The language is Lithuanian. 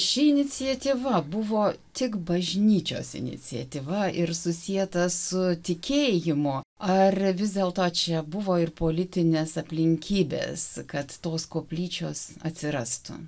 ši iniciatyva buvo tik bažnyčios iniciatyva ir susieta su tikėjimu ar vis dėlto čia buvo ir politinės aplinkybės kad tos koplyčios atsirastų